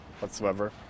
whatsoever